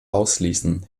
ausschließen